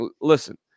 listen